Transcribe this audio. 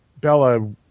Bella